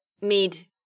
made